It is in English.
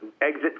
exit